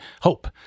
hope